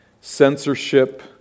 censorship